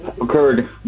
occurred